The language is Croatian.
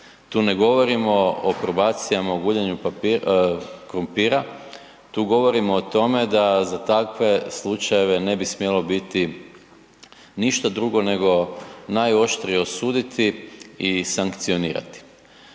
Tu ne govorimo o probacijama o guljenju krumpira, tu govorimo o tome da za takve slučajeve ne bi smjelo biti ništa drugo nego najoštrije osuditi i sankcionirati,